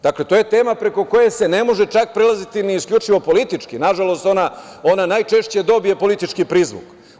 Dakle, to je tema preko koje se ne može čak prelaziti ni isključivo politički, nažalost ona najčešće dobije politički prizvuk.